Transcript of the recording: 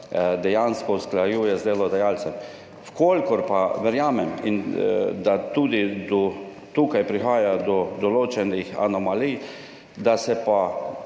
dejansko usklajujejo z delodajalcem. Verjamem, da tudi tukaj prihaja do določenih anomalij, če se pa